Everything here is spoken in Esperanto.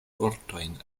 vortojn